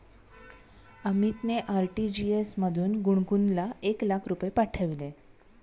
अमितने आर.टी.जी.एस मधून गुणगुनला एक लाख रुपये पाठविले